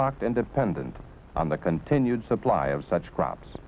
locked and dependent on the continued supply of such crops